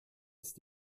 ist